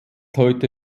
heute